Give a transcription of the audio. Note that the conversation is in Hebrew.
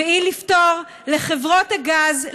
לפתור לחברות הגז,